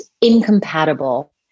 incompatible